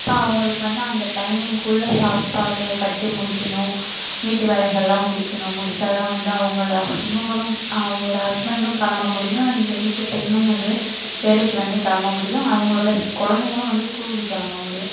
அப்போ அவங்களுக்கு வந்து அந்த டைமிங்க்குள்ளே சாப்பாடு கட்டி முடிக்கணும் வீட்டு வேலைகள்லாம் முடிக்கணும் முடித்தா தான் வந்து அவங்கள இவங்களும் அவங்களோட ஹஸ்பெண்டும் கிளம்ப முடியும் இந்த வீட்டுப் பெண்ணும் வந்து வேலைக்கு வந்து கிளம்ப முடியும் அவங்களோட குழந்தைங்களும் வந்து ஸ்கூலுக்கு கிளம்ப முடியும்